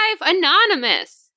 Anonymous